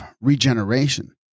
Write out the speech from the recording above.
Regeneration